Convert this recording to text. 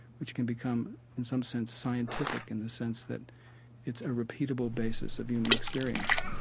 which can become in some sense scientific in the sense that it's a repeatable basis of human experience,